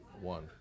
One